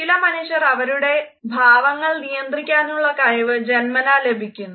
ചില മനുഷ്യർ അവരുടെ ഭാവങ്ങൾ നിയന്ത്രിക്കാനുള്ള കഴിവ് ജന്മനാ ലഭിക്കുന്നു